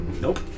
Nope